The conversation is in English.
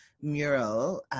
mural